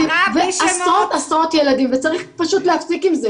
זה עשרות ילדים וצריך פשוט להפסיק עם זה,